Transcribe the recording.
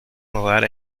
rodar